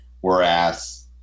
Whereas